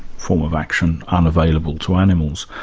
form of action unavailable to animals.